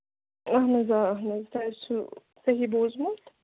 اَہَن حظ آ اَہَن حظ تۄہہِ حظ چھُو صحیح بوٗزمُت